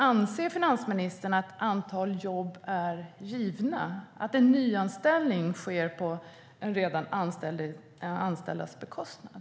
Anser finansministern att antalet jobb är givet, att en nyanställning sker på en redan anställds bekostnad?